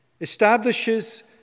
establishes